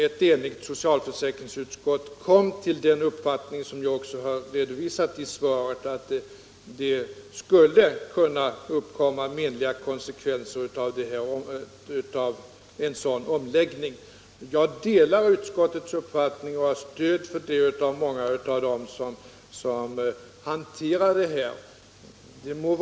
Ett enigt utskott kom då till den uppfattning som jag har redovisat i svaret, att det skulle kunna uppkomma menliga konsekvenser av en sådan omläggning. Jag delar utskottets uppfattning och har stöd av många av dem som sysslar med denna verksamhet.